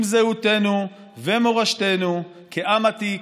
עם זהותנו ומורשתנו כעם עתיק,